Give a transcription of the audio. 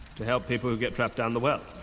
to help people who get trapped down the well!